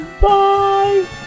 Bye